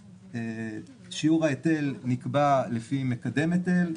שיעור ההיטל נקבע לפי מקדם היטל.